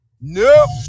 Nope